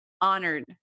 honored